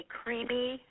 creamy